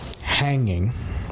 Hanging